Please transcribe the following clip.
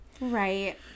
Right